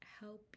help